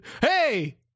Hey